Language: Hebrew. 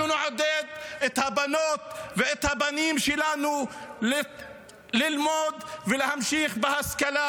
אנחנו נעודד את הבנות ואת הבנים שלנו ללמוד ולהמשיך בהשכלה,